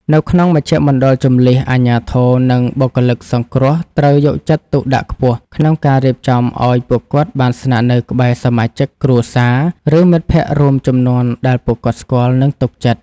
នៅក្នុងមជ្ឈមណ្ឌលជម្លៀស អាជ្ញាធរ និងបុគ្គលិកសង្គ្រោះត្រូវយកចិត្តទុកដាក់ខ្ពស់ក្នុងការរៀបចំឱ្យពួកគាត់បានស្នាក់នៅក្បែរសមាជិកគ្រួសារ ឬមិត្តភក្ដិរួមជំនាន់ដែលពួកគាត់ស្គាល់ និងទុកចិត្ត។